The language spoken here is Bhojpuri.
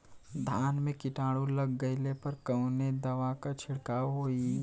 धान में कीटाणु लग गईले पर कवने दवा क छिड़काव होई?